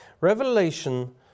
Revelation